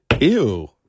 Ew